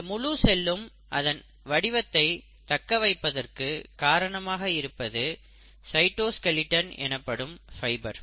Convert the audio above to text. இந்த முழு செல்லும் அதன் வடிவத்தை தக்கவைப்பதற்கு காரணமாக இருப்பது சைட்டோஸ்கெலட்டன் எனப்படும் ஃபைபர்